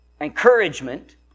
Encouragement